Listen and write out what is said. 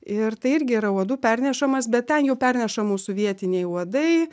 ir tai irgi yra uodų pernešamas bet ten jau perneša mūsų vietiniai uodai